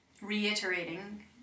reiterating